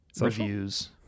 reviews